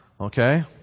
okay